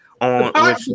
on